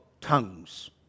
tongues